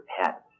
PET